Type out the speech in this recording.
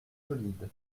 solides